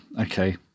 Okay